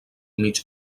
mig